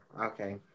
Okay